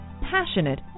passionate